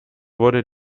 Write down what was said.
wurde